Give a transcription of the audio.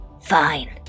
Fine